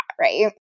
Right